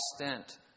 extent